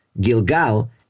Gilgal